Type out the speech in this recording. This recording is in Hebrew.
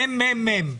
ממ"מ.